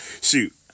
shoot